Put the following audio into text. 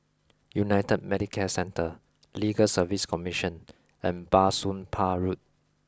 United Medicare Centre Legal Service Commission and Bah Soon Pah Road